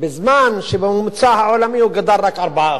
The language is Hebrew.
בזמן שבממוצע העולמי הוא גדל רק ב-4%.